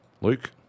luke